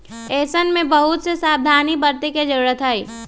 ऐसन में बहुत से सावधानी बरते के जरूरत हई